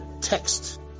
text